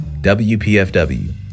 WPFW